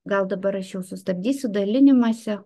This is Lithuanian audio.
gal dabar aš sustabdysiu dalinimąsi